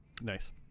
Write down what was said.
nice